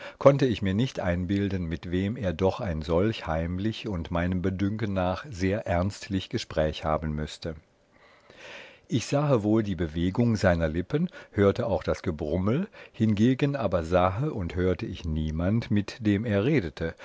konnte ich mir nicht einbilden mit wem er doch ein solch heimlich und meinem bedünken nach sehr ernstlich gespräch haben müßte ich sahe wohl die bewegung seiner lippen hörte auch das gebrummel hingegen aber sahe und hörte ich niemand der mit ihm redete